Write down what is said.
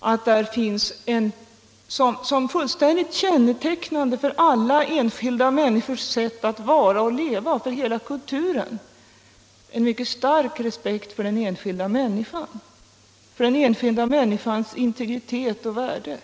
att kännetecknande för alla människors sätt att bo och leva, för hela kulturen, är en mycket stark respekt för den enskilda människans integritet och värde.